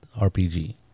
RPG